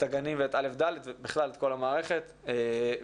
הגנים ואת א'-ד' ובכלל כל המערכת וכמו